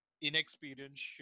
inexperienced